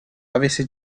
avesse